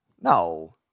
No